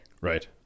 right